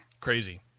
Crazy